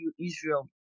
Israel